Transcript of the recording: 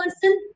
person